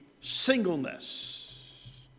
singleness